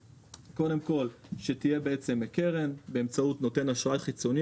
שתהיה קרן באמצעות נותן אשראי חיצוני.